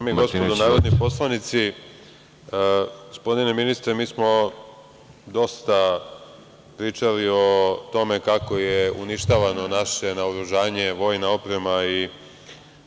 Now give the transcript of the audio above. Dame i gospodo narodni poslanici, gospodine ministre, mi smo dosta pričali o tome kako je uništavano naše naoružanje, vojna oprema i